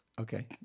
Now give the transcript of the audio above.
Okay